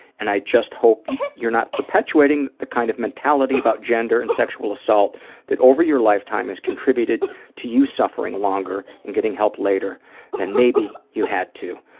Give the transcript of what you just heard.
and i just hope you're not perpetuating the kind of mentality about gender and sexual assault that over your lifetime has contributed to you suffering longer and getting help later than maybe you had to.